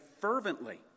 fervently